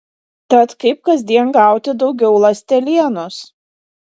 tad kaip kasdien gauti daugiau ląstelienos